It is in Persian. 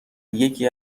یکی